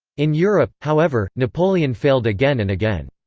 in europe, however, napoleon failed again and again.